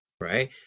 right